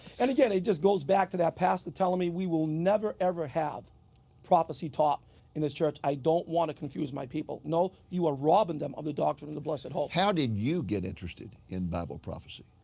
and again is just goes back to that pastor telling me we will never, ever have prophecy taught in this church i don't want to confuse my people. no, you are robbing them of the doctrine of the blessed hope. how did you get interested in bible prophecy?